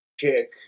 Chick